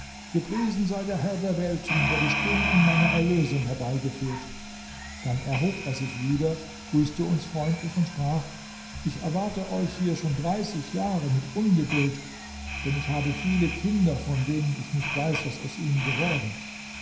gepriesen sei der herr der welten der die stunden meiner erlösung herbeigeführt dann erhob er sich wieder grüßte uns freundlich und sprach ich erwarte euch hier schon dreißig jahre mit ungeduld denn ich habe viele kinder von denen ich nicht weiß was aus ihnen geworden